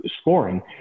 scoring